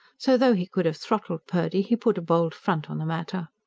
so, though he could have throttled purdy he put a bold front on the matter.